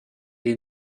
est